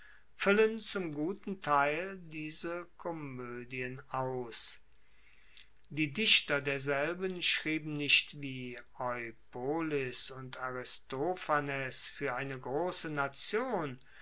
fuellen zum guten teil diese komoedien aus die dichter derselben schrieben nicht wie eupolis und aristophanes fuer eine grosse nation